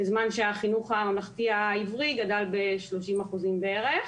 בזמן שהחינוך הממלכתי העברי גדל ב-30% בערך.